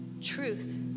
truth